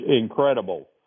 incredible